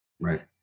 Right